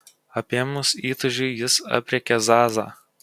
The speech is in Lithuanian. apėmus įtūžiui jis aprėkė zazą